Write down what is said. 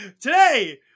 today